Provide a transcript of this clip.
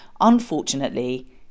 Unfortunately